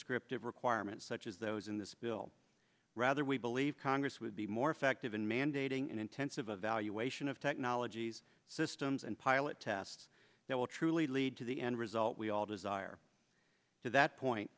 scriptive requirements such as those in this bill rather we believe congress would be more effective in mandating an intensive evaluation of technologies systems and pilot tests that will truly lead to the end result we all desire to that point